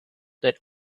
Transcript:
that